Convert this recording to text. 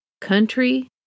country